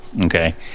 Okay